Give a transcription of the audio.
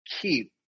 keep